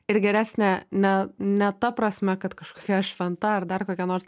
ir geresnė ne ne ta prasme kad kažkokia šventa ar dar kokia nors